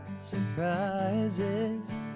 surprises